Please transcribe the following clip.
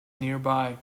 nearby